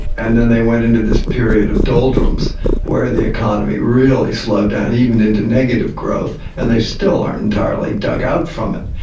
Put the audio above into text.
and then they went into this period of doldrums where the economy really slowed down, even into negative growth, and they still aren't entirely dug out from it.